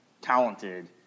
talented